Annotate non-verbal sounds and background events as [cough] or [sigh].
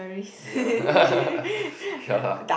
ya [laughs] ya